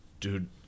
dude